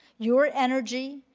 your energy,